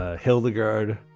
Hildegard